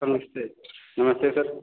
नमस्ते नमस्ते सर